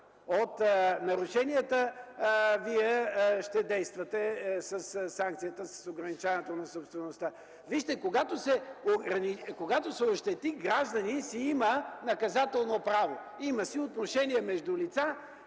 от нарушенията, Вие ще действате със санкцията с ограничаването на собствеността. Вижте, когато се ощети гражданин, си има наказателно право, има си отношение между лица,